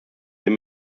sind